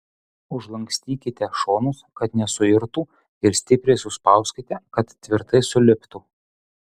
užlankstykite šonus kad nesuirtų ir stipriai suspauskite kad tvirtai suliptų